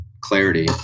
clarity